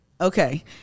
Okay